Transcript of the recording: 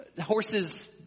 horses